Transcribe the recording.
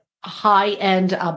high-end